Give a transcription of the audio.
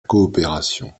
coopération